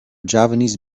javanese